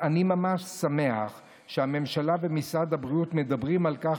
אני ממש שמח שהממשלה ומשרד הבריאות מדברים על כך